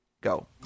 Go